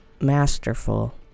masterful